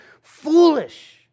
foolish